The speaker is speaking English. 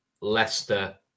Leicester